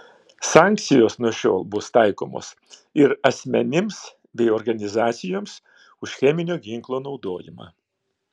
sankcijos nuo šiol bus taikomos ir asmenims bei organizacijoms už cheminio ginklo naudojimą